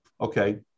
Okay